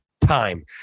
time